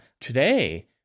today